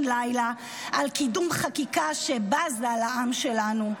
לילה על קידום חקיקה שבזה לעם שלנו,